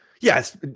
Yes